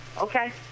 okay